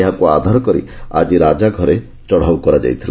ଏହାକୁ ଆଧାର କରି ଆଜି ରାଜା ଘରେ ଚଡ଼ାଉ କରାଯାଇଛି